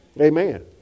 Amen